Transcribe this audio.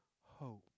hope